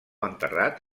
enterrat